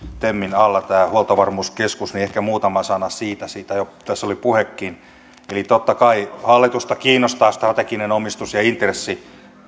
temin alla tämä huoltovarmuuskeskus niin ehkä muutama sana siitä siitä tässä oli jo puhekin totta kai hallitusta kiinnostaa strateginen omistus ja intressi